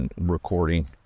recording